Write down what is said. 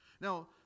Now